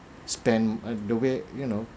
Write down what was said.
spend the way you know